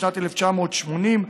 משנת 1980,